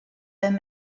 them